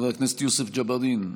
חבר הכנסת יוסף ג'בארין,